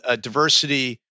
diversity